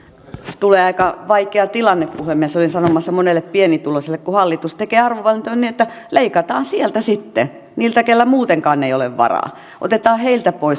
tulee aika vaikea tilanne puhemies olin sanomassa monelle pienituloiselle kun hallitus tekee arvovalintoja niin että leikataan sieltä sitten niiltä keillä muutenkaan ei ole varaa otetaan heiltä pois sosiaalietuuksia